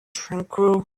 tranquil